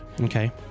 Okay